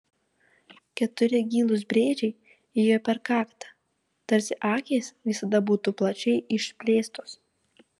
keturi gilūs brėžiai ėjo per kaktą tarsi akys visada būtų plačiai išplėstos